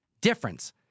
difference